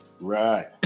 Right